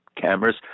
cameras